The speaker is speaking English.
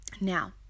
Now